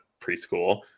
preschool